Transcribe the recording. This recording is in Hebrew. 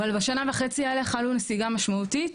אבל בשנה וחצי האלה חלה נסיגה משמעותית,